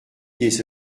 des